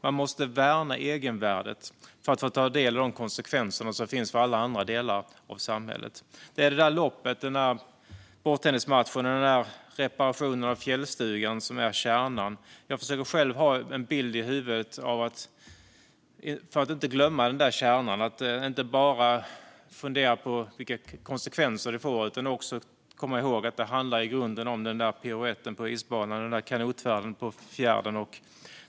Man måste värna egenvärdet för att få ta del av konsekvenserna i alla andra delar av samhället. Det där loppet, den där bordtennismatchen och den där reparationen av fjällstugan är kärnan. Jag försöker själv ha en bild i huvudet; för att inte glömma den där kärnan ska man inte bara fundera på vilka konsekvenser det får utan också komma ihåg att det i grunden handlar om den där piruetten på isbanan och den där kanotfärden på fjärden.